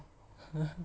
!huh!